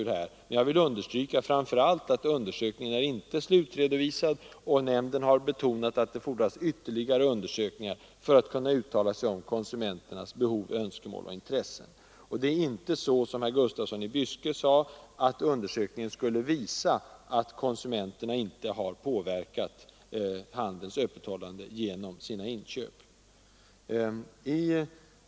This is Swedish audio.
Jag vill framför allt understryka att undersökningen inte är slutredovisad. Nämnden har betonat att det fordras ytterligare under sökningar för att man skall kunna uttala sig om konsumenternas behov, Nr 77 önskemål och intressen. Det förhåller sig inte så, som herr Gustafsson i Törsdssensden Byske sade, att undersökningen skulle visa att konsumenterna inte har mai 974 påverkat handelns öppethållande genom sina inköp.